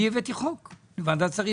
אני הבאתי חוק ועדת שרים.